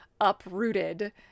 uprooted